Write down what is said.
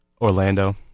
Orlando